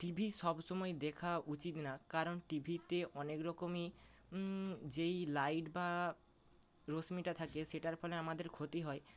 TV সব সময় দেখা উচিত না কারণ টি ভিতে অনেক রকমই যেই লাইট বা রশ্মিটা থাকে সেটার ফলে আমাদের ক্ষতি হয়